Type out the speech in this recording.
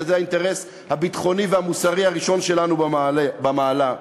שזה האינטרס הביטחוני והמוסרי הראשון במעלה שלנו.